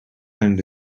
and